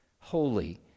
holy